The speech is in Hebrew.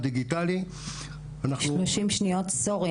בדיוק מינהל אזורי